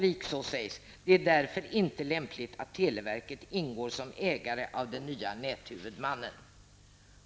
Vidare sägs det att det därför inte är lämpligt att televerket ingår som ägare av den nya näthuvudmannen.